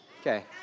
Okay